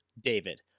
David